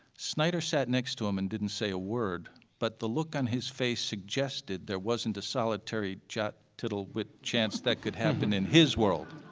snyder sat next to him and didn't say a word but the look on his face suggested there wasn't a solitary jot tiddle wit chance that could happen in his world.